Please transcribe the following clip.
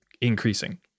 increasing